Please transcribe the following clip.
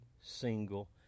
single